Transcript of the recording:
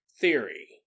theory